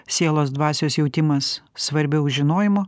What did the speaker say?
sielos dvasios jautimas svarbiau žinojimo